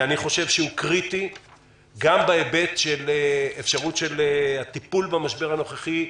ואני חושב שהוא קריטי גם לגבי הטיפול במשבר הנוכחי,